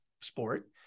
sport